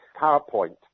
PowerPoint